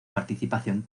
participación